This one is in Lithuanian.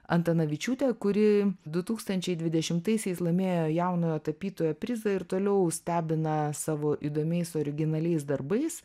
antanavičiūte kuri du tūkstančiai dvidešimtaisiais laimėjo jaunojo tapytojo prizą ir toliau stebina savo įdomiais originaliais darbais